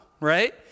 right